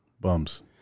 Bums